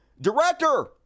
Director